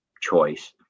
choice